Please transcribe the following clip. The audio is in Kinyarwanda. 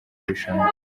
irushanwa